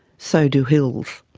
so do hills.